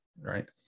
right